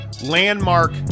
landmark